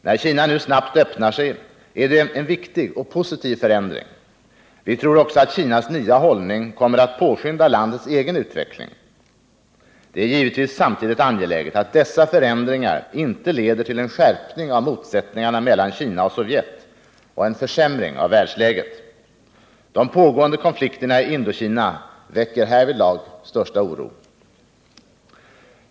När Kina nu snabbt öppnar sig, är det en viktig och positiv förändring. Vi tror också att Kinas nya hållning kommer att påskynda landets egen utveckling. Det är givetvis samtidigt angeläget att dessa förändringar inte leder till en skärpning av motsättningarna mellan Kina och Sovjet och en försämring av världsläget. De pågående konflikterna i Indokina väcker härvidlag största oro.